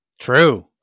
True